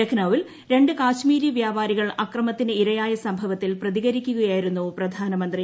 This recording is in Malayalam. ലക്നൌവിൽ ര ് കാശ്മീരി വൃാപാരികൾ അക്രമത്തിനിരയായ സംഭവത്തിൽ പ്രതികരിക്കുകയായിരുന്നു പ്രധാനമന്ത്രി